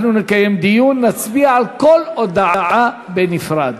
נקיים דיון, נצביע על כל הודעה בנפרד.